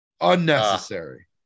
Unnecessary